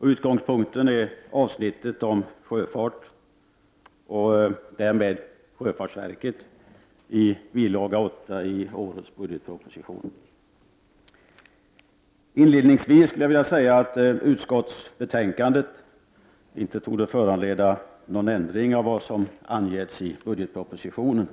Utgångspunkten är avsnittet om sjöfart och därmed sjöfartsverket i bilaga 8 till årets budgetsproposition. Inledningsvis skulle jag vilja säga att utskottsbetänkandet inte torde föranleda någon ändring av vad som angivits i budgetpropositionen.